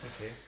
Okay